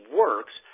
works